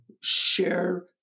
share